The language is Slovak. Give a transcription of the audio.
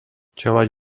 čeľaď